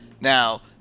now